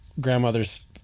grandmother's